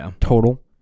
total